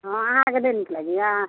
हँ अहाँकेँ नहि नीक लगैए